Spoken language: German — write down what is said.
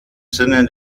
sinne